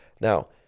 Now